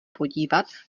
podívat